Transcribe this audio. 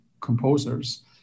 composers